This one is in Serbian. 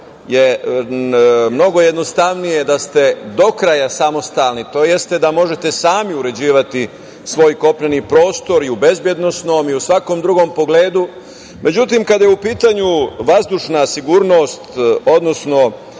je mnogo jednostavnije da ste do kraja samostalni tj. da možete sami uređivati svoj kopneni prostor u bezbednosnom i u svakom drugom pogledu.Međutim, kada je u pitanju vazdušna sigurnost, odnosno